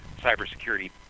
cybersecurity